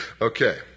Okay